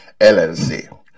LLC